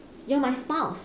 you are my spouse